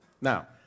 Now